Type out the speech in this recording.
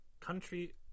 Country